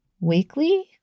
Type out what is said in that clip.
weekly